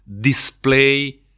display